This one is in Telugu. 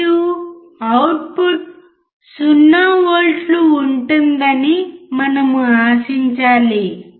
మరియు అవుట్పుట్ 0 వోల్ట్లు ఉంటుందని మనము ఆశించాలి